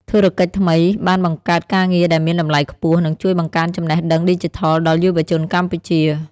ធុរកិច្ចថ្មីបានបង្កើតការងារដែលមានតម្លៃខ្ពស់ និងជួយបង្កើនចំណេះដឹងឌីជីថលដល់យុវជនកម្ពុជា។